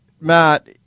Matt